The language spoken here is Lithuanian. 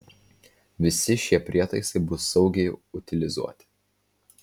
visi šie prietaisai bus saugiai utilizuoti